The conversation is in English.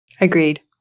Agreed